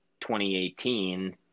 2018